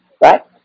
Right